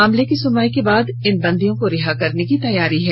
मामलों की सुनवाई के बाद इन बंदियों को रिहा करने की तैयारी है